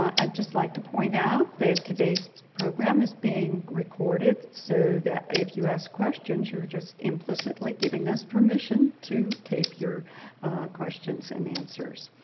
i'd just like to point out that today's program is being recorded so that if you ask questions, you're just implicitly giving us permission to tape your questions and answers.